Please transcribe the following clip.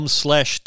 slash